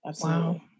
wow